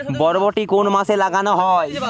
বরবটি কোন মাসে লাগানো হয়?